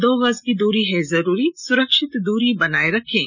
दो गज की दूरी है जरूरी सुरक्षित दूरी बनाए रखें